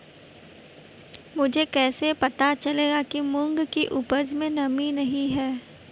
मुझे कैसे पता चलेगा कि मूंग की उपज में नमी नहीं है?